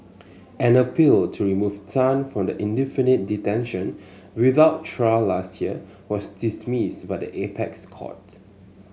an appeal to remove Tan from the indefinite detention without trial last year was dismissed by the apex court